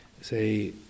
say